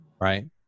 Right